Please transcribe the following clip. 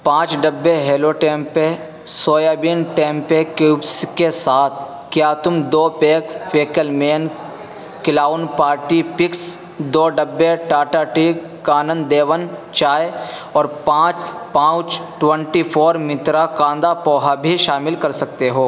پانچ ڈبے hello tempeh soybean tempeh cubes کے ساتھ کیا تم دو پیک فیکلمین کلاؤن پارٹی پکس دو ڈبے ٹاٹا ٹی کانن دیون چائے اور پانچ ڈبے pouch twenty four Mantra kanda poha بھی شامل کر سکتے ہو